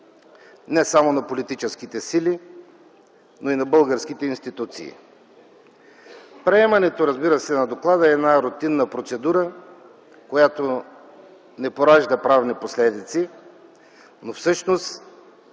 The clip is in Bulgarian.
не само на политическите сили, но и на българските институции. Приемането на доклада е рутинна процедура, която не поражда правни последици, но смисълът